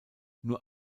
nur